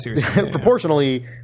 proportionally